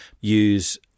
use